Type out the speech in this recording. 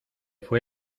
fue